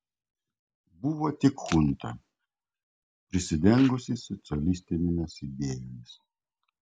buvo tik chunta prisidengusi socialistinėmis idėjomis